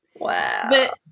Wow